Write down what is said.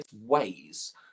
ways